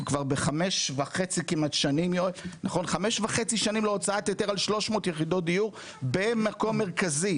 כבר בחמש וחצי שנים על 300 יחידות דיור במקום מרכזי,